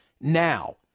now